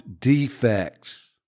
defects